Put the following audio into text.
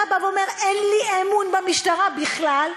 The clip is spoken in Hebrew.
אתה אומר אין לי אמון במשטרה בכלל.